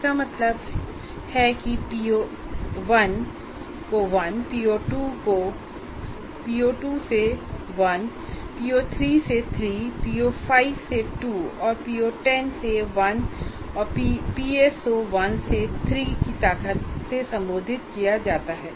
इसका मतलब है कि PO1 को 1 PO2 से 1 PO3 से 3 PO5 से 2 PO10 से 1 और PSO1 से 3 की ताकत से संबोधित किया जाता है